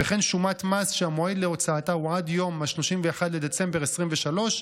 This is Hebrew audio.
שומת מס שהמועד להוצאתה הוא עד יום 31 בדצמבר 2023,